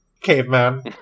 caveman